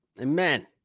Amen